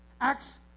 Acts